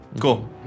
Cool